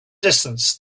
distance